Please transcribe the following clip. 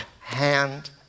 hand